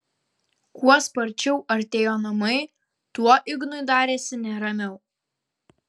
kuo sparčiau artėjo namai tuo ignui darėsi neramiau